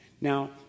Now